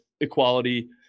equality